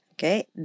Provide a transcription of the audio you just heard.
Okay